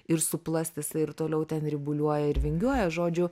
ir su plast jisai ir toliau ten ribuliuoja ir vingiuoja žodžiu